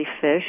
fish